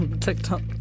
TikTok